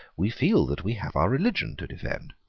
we feel that we have our religion to defend.